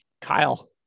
Kyle